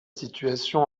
situation